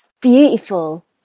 beautiful